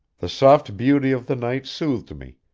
the soft beauty of the night soothed me,